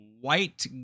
white